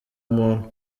muntu